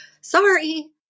Sorry